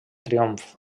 triomf